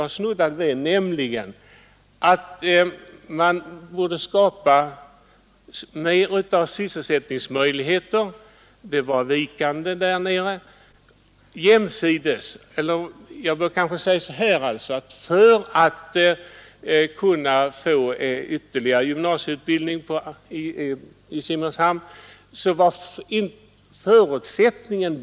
I nyss snuddade vid, nämligen att skapa bättre sysselsättningsmö själva verket är det förutsättningen för en ytterligare gymnasieutbildning i Simrishamn.